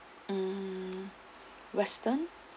mm western